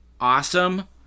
awesome